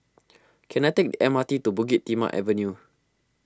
can I take the M R T to Bukit Timah Avenue